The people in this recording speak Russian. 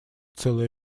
целый